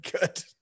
good